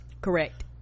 correct